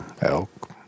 elk